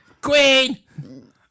Queen